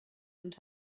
und